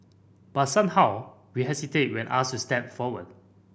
but somehow we hesitate when asked to step forward